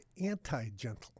anti-gentle